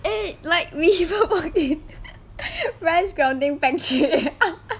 eh like we rice grounding pancake